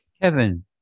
Kevin